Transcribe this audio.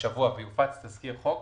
השבוע ויופץ תזכיר חוק.